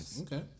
Okay